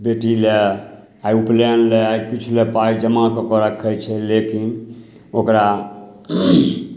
बेटीलए आइ उपनैनलए किछुलए पाइ जमा कऽ कऽ रखै छै लेकिन ओकरा